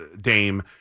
Dame